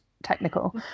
technical